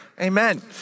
Amen